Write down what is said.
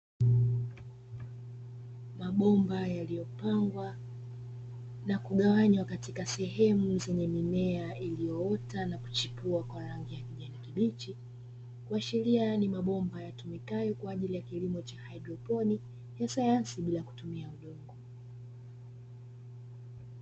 Mabomba yaliyopangwa na kugawanywa katika sehemu zenye mimea iliyoota na kuchipua kwa rangi ya kijani kibichi, kuashiria ni mabomba yatumikayo kwa ajili ya kilimo cha haidroponi ya sayansi bila kutumia udongo.